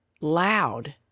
loud